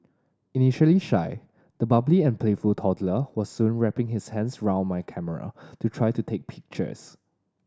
initially shy the bubbly and playful toddler was soon wrapping his hands round my camera to try to take pictures